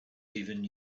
even